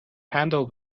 handle